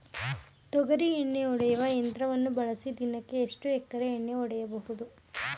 ತೊಗರಿ ಎಣ್ಣೆ ಹೊಡೆಯುವ ಯಂತ್ರವನ್ನು ಬಳಸಿ ದಿನಕ್ಕೆ ಎಷ್ಟು ಎಕರೆ ಎಣ್ಣೆ ಹೊಡೆಯಬಹುದು?